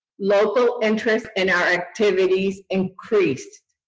local interest and our activities increased.